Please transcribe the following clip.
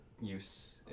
use